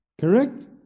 Correct